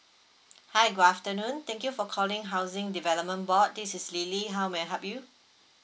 hi good afternoon thank you for calling housing development board this is lily how may I help you